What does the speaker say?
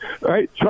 right